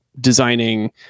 designing